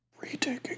Retaking